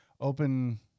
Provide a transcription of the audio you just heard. open